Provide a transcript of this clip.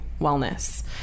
wellness